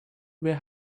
were